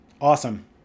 awesome